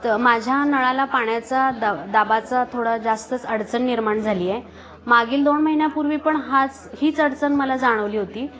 तर माझ्या नळाला पाण्याचा द दाबाचा थोडा जास्तच अडचण निर्माण झालीय मागील दोन महिन्यापूर्वी पण हाच हीच अडचण मला जाणवली होती